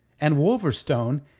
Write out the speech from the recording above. and wolverstone,